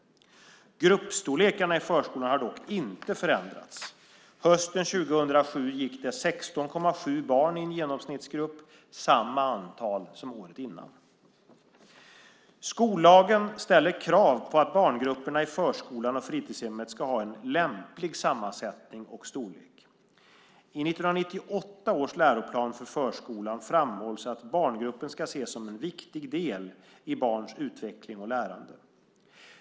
Gruppstorlekarna i förskolan har dock inte förändrats. Hösten 2007 gick det 16,7 barn i en genomsnittsgrupp. Det var samma antal som året innan. Skollagen ställer krav på att barngrupperna i förskolan och fritidshemmet har en lämplig sammansättning och storlek. I 1998 års läroplan för förskolan framhålls att barngruppen ska ses som en viktig del i barns utveckling och lärande.